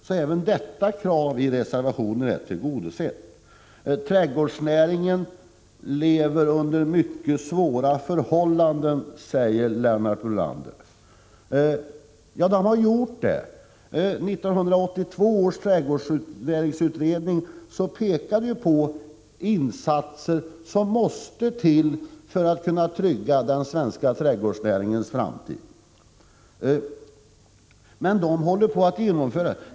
Också detta krav i reservationen är alltså tillgodosett. Trädgårdsnäringen lever under mycket svåra förhållanden, säger Lennart Brunander. Ja, det har den gjort. I 1982 års trädgårdsnäringsutredning pekade vi på insatser som måste till för skyddande av den svenska trädgårdsnäringens framtid, men dessa håller nu på att genomföras.